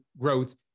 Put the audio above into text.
growth